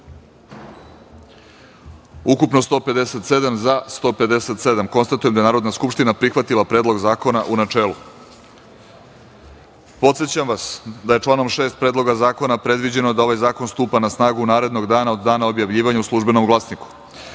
poslanika. Konstatujem da je Narodna skupština prihvatila Predlog zakona u načelu. Podsećam vas da je članom 6. Predloga zakona predviđeno da ovaj zakon stupa na snagu narednog dana od dana objavljivanja u „Službenom glasniku